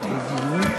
בחגיגיות.